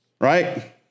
Right